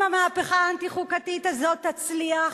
תצליח,